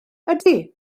ydy